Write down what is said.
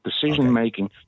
decision-making